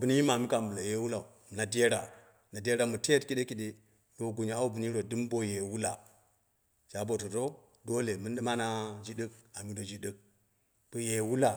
bin yi mam kafin wu ye wulauu. Na dera na dera mɨ teet kɨɗe kɨɗe miya awu bin yiro dɨm boye wula, sha bo doto dole mini ana jiɗɨk amu do yiro jiɗɨk boye wula